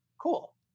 Cool